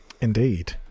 Indeed